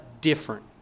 different